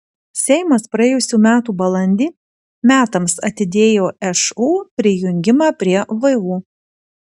seimas praėjusių metų balandį metams atidėjo šu prijungimą prie vu